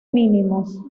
mínimos